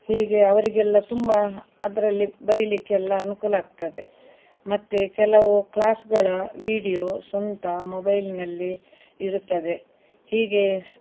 ಹೀಗೆ ಅವರಿಗೆಲ್ಲ ತುಂಬ ಅದರಲ್ಲಿ ಬರಿಲಿಕ್ಕೆಲ್ಲ ಅನುಕೂಲ ಆಗ್ತದೆ ಮತ್ತೆ ಕೆಲವು ಕ್ಲಾಸ್ಗಳ ವೀಡಿಯೋ ಸ್ವಂತ ಮೊಬೈಲಿನಲ್ಲಿ ಇರುತ್ತದೆ ಹೀಗೆ